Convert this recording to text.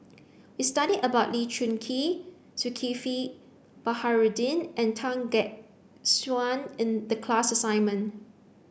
we studied about Lee Choon Kee Zulkifli Baharudin and Tan Gek Suan in the class assignment